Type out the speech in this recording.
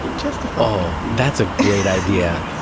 just a thought that's a great idea.